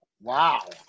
Wow